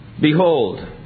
Behold